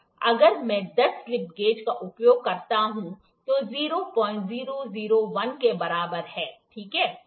अगर मैं 10 slip gauge का उपयोग करता हूं तो 0001 के बराबर है ठीक है